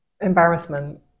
embarrassment